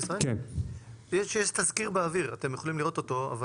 יש תזכיר באוויר, אתם יכולים לראות אותו.